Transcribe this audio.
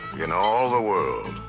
in all the world,